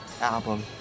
Album